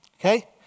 Okay